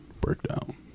Breakdown